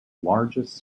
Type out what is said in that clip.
largest